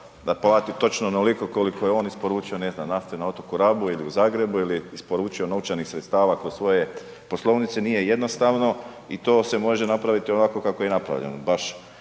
da plati točno onoliko koliko je on isporučio, ne znam nafte na otoku Rabu ili u Zagrebu ili isporučio novčanih sredstava kod svoje poslovnice nije jednostavno i to se može napraviti ovako kako je napravljeno.